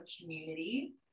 community